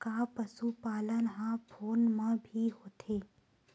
का पशुपालन ह फोन म भी होथे?